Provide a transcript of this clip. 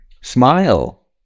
Smile